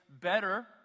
better